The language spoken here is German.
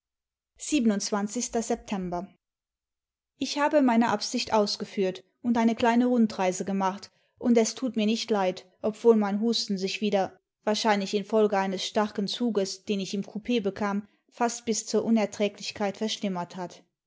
ich habe meine absicht ausgeführt und eine kleine rundreise gemacht und es tut mir nicht leid obwohl mein husten sich wieder wahrscheinlich infolge eines starken zuges den ich im coup bekam fast bis zur unerträglichkeit verschlimmert hat